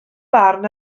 barn